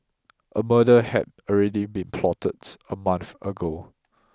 a murder had already been plotted a month ago